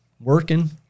working